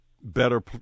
better